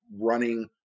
running